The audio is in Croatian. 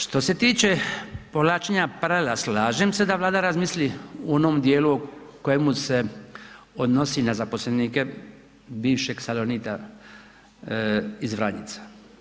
Što se tiče povlačenja paralela, slažem se da Vlada razmisli u onom dijelu u kojemu se odnosi na zaposlenike bivšeg Salonita iz Vranjica.